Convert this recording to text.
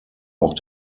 auch